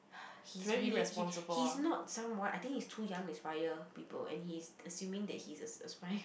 he's really he he's not someone I think he's too young to inspire people and he's assuming that he's as~ aspiring